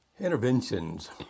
Interventions